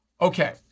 Okay